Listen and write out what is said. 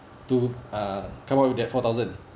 to uh come up with that four thousand